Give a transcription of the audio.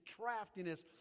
craftiness